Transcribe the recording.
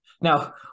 Now